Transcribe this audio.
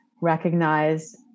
recognize